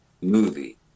movie